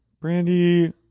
brandy